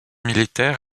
militaire